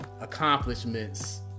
accomplishments